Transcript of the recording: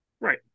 Right